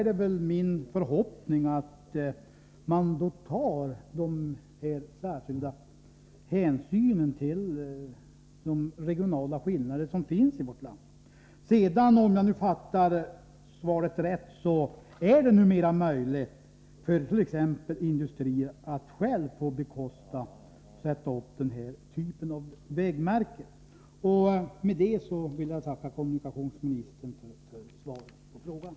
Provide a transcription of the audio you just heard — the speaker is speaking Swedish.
Det är min förhoppning att man då tar särskilda hänsyn till de regionala skillnader som finns i vårt land. Om jag har uppfattat svaret rätt är det numera möjligt för t.ex. industrier att själva få bekosta och sätta upp den här typen av vägmärken. Därmed vill jag tacka kommunikationsministern för svaret på frågan.